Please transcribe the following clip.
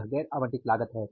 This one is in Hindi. यह गैर आवंटित लागत है